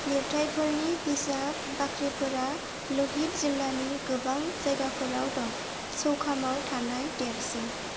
लिरथायफोरनि बिजाब बाख्रिफोरा लहिट जिल्लानि गोबां जायगाफोराव दं चौखामाव थानाय देरसिन